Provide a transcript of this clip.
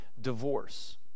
divorce